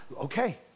okay